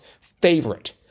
favorite